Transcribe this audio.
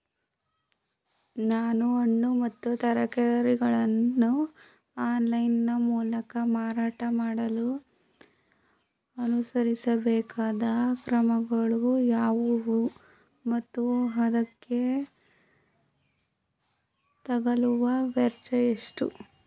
ನಾನು ಹಣ್ಣು ಮತ್ತು ತರಕಾರಿಗಳನ್ನು ಆನ್ಲೈನ ಮೂಲಕ ಮಾರಾಟ ಮಾಡಲು ಅನುಸರಿಸಬೇಕಾದ ಕ್ರಮಗಳು ಯಾವುವು ಮತ್ತು ಅದಕ್ಕೆ ತಗಲುವ ವೆಚ್ಚ ಎಷ್ಟು?